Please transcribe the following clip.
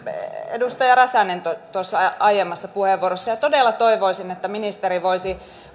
edustaja räsänen tuossa aiemmassa puheenvuorossaan todella toivoisin että ministeri voisi